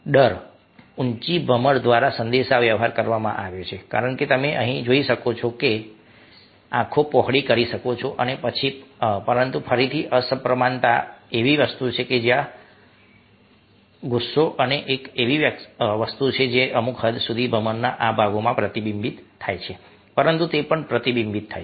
ડર ઉંચી ભમર દ્વારા સંદેશાવ્યવહાર કરવામાં આવ્યો છે કારણ કે તમે અહીં જોઈ શકો છો અને આંખો પહોળી કરી શકો છો પરંતુ ફરીથી અસમપ્રમાણતા એવી વસ્તુ છે જે ત્યાં છે અને ગુસ્સો એક એવી વસ્તુ છે જે અમુક હદ સુધી ભમરના આ ભાગોમાં પ્રતિબિંબિત થાય છે પરંતુ તે પણ પ્રતિબિંબિત થાય છે